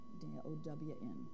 D-O-W-N